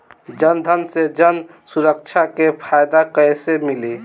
जनधन से जन सुरक्षा के फायदा कैसे मिली?